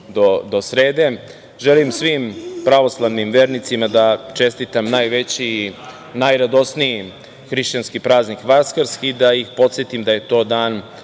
do srede. Želim svim pravoslavnim vernicima da čestitam najveći, najradosniji hrišćanski praznik Vaskrs i da ih podsetim da je to dan